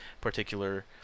particular